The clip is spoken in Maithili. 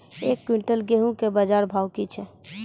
एक क्विंटल गेहूँ के बाजार भाव की छ?